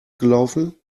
gelaufen